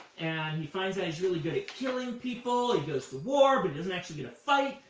and he finds out he's really good at killing people. he goes to war, but he doesn't actually get to fight.